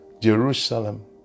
Jerusalem